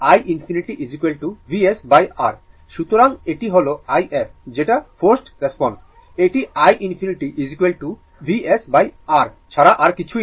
সুতরাং এটি হল i f যেটা ফোর্সড রেসপন্স এটি iinfinity VsR ছাড়া আর কিছুই নয়